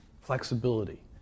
flexibility